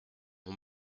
mon